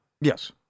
Yes